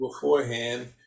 beforehand